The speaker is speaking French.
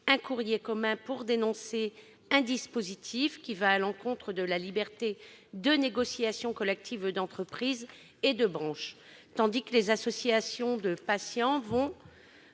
la ministre, pour dénoncer un dispositif qui va à l'encontre de la liberté de négociation collective d'entreprise et de branche. Les associations de patients vous